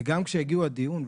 וגם כשיגיעו לדיון,